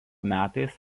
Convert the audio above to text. metais